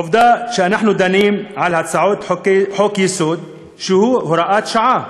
עובדה שאנחנו דנים על הצעת חוק-יסוד שהוא הוראת שעה.